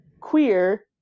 queer